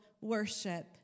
worship